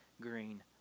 green